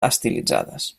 estilitzades